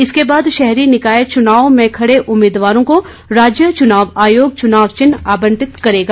इसके बाद शहरी निकाय चुनाव में खड़े उम्मीदवारों को राज्य चुनाव आयोग चुनाव चिन्ह आवंटित करेगा